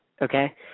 Okay